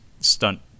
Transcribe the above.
stunt